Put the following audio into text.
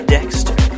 Dexter